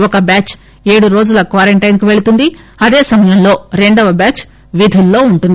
ఒక బ్యాచ్ ఏడు రోజుల క్యారంటైన్ కు పెళుతుంది అదే సమయంలో రెండవ బ్యాచ్ విధుల్లో వుంటుంది